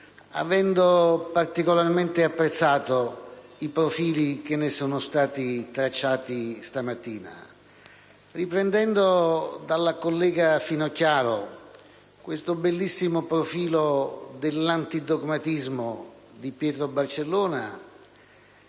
avendo particolarmente apprezzato i profili che ne sono stati tracciati stamattina. Riprendendo dalla collega Finocchiaro questo bellissimo profilo dell'antidogmatismo di Pietro Barcellona,